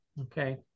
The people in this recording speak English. okay